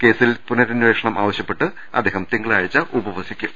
കേസിൽ പുനരന്വേഷണം ആവശ്യപ്പെട്ട് അദ്ദേഹം തിങ്കളാഴ്ച ഉപവസിക്കും